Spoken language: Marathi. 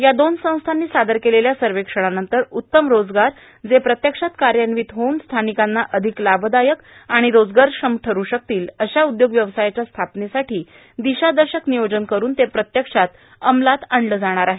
या दोन संस्थांनी सादर केलेल्या सर्वेक्षणानंतर उत्तम रोजगार जे प्रत्यक्षात कार्यान्वित होऊन स्थानिकांना अधिक लाभदायक रोजगारक्षम ठरू शकतील अशा उद्योग व्यवसायाच्या स्थापनेसाठी दिशादर्शक नियोजन करून ते प्रत्यक्षात अंमलता आणले जाणार आहे